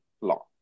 law